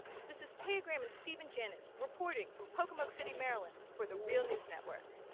this is taya graham and stephen janis, reporting from pocomoke city, maryland for the real news network.